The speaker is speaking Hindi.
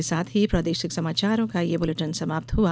इसके साथ ही प्रादेशिक समाचार का ये बुलेटिन समाप्त हुआ